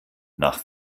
nach